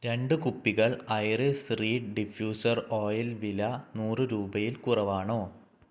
രണ്ട് കുപ്പികൾ Iris reed diffuser oil വില നൂറ് രൂപയിൽ കുറവാണോ